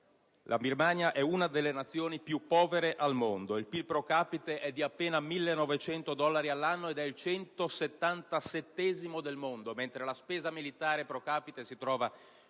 la Birmania è una delle Nazioni più povere al mondo. Il PIL *pro capite* è di appena 1.900 dollari all'anno ed è il 177° del mondo, mentre la spesa militare *pro capite* si trova